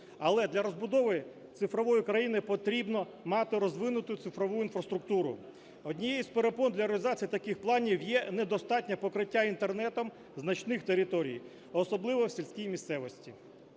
Але для розбудови цифрової країни потрібно мати розвинуту цифрову інфраструктуру. Однією з перепон для реалізації таких планів є недостатнє покриття Інтернетом значних територій, а особливо в сільській місцевості.